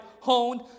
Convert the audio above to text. honed